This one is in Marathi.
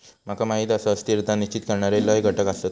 माका माहीत आसा, स्थिरता निश्चित करणारे लय घटक आसत